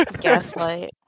Gaslight